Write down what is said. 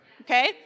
Okay